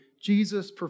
Jesus